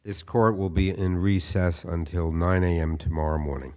this court will be in recess until nine am tomorrow morning